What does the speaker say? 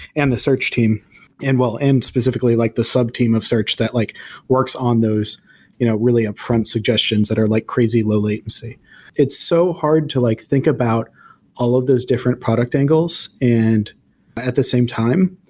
and the search team and well, and specifically like the sub-team of search that like works on those you know really upfront suggestions that are like crazy low-latency it's so hard to like think about all of those different product angles. and at the same time,